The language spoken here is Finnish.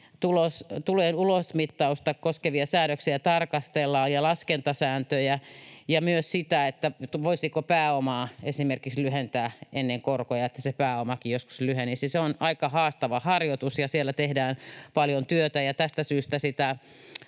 Tulojen ulosmittausta koskevia säädöksiä tarkastellaan ja laskentasääntöjä ja myös sitä, voisiko pääomaa esimerkiksi lyhentää ennen korkoja, että se pääomakin joskus lyhenisi. Se on aika haastava harjoitus, ja siellä tehdään paljon työtä. Ja tästä syystä sitä